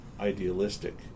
idealistic